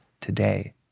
today